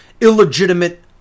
illegitimate